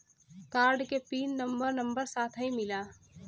Card के pin number number साथही मिला?